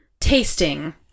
tasting